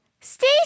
stay